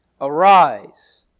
Arise